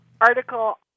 article